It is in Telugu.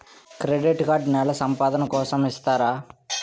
క్రెడిట్ కార్డ్ నెల సంపాదన కోసం ఇస్తారా?